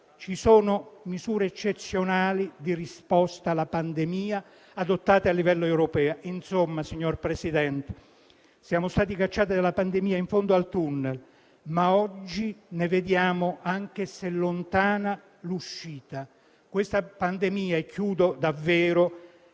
Ci sono misure eccezionali di risposta alla pandemia adottate a livello europeo. Insomma, signor Presidente, la pandemia ci ha cacciati in fondo al *tunnel*, ma oggi ne vediamo, anche se lontana, l'uscita. Questa pandemia è paragonabile